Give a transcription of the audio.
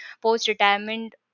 post-retirement